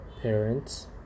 parents